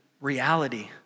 reality